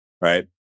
right